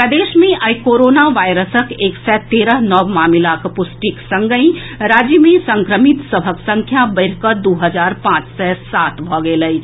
प्रदेश मे आई कोरोना वायरसक एक सय तेरह नव मामिलाक पुष्टिक संगहि राज्य मे संक्रमित सभक संख्या बढ़ि कऽ दू हजार पांच सय सात भऽ गेल अछि